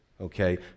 Okay